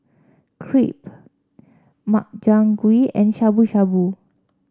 Crepe Makchang Gui and Shabu Shabu